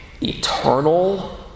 eternal